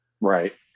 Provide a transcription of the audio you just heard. Right